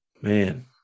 Man